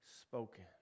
spoken